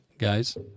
guys